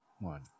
one